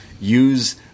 use